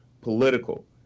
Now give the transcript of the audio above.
political